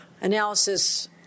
analysis